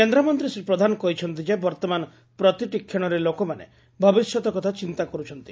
କେନ୍ଦ୍ରମନ୍ତୀ ଶ୍ରୀ ପ୍ରଧାନ କହିଛନ୍ତି ଯେ ବର୍ଭମାନ ପ୍ରତିଟିକ୍ଷଣରେ ଲୋକମାନେ ଭବିଷ୍ୟତ କଥା ଚିନ୍ତା କର୍ବଛନ୍ତି